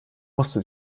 musste